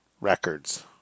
records